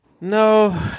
No